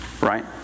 Right